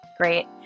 Great